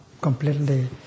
completely